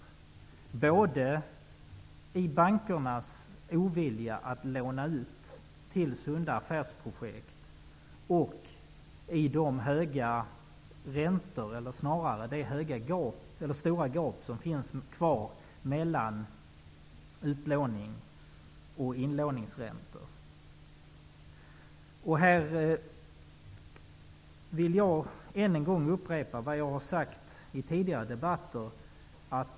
Det gäller både i bankernas ovilja att låna ut till sunda affärsprojekt och i det stora gap som finns kvar mellan ut och inlåningsräntor. Här vill jag än en gång upprepa vad jag har sagt i tidigare debatter.